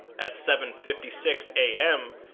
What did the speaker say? at seven fifty six am,